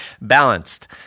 Balanced